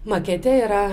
makete yra